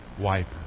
wiper